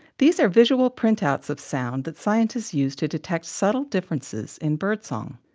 these are visual printouts of sound that scientists use to detect subtle differences in birdsong.